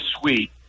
suite